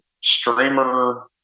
streamer